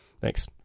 thanks